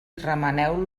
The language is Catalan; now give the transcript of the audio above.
remeneu